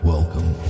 Welcome